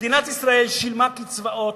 מדינת ישראל שילמה קצבאות,